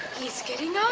he's getting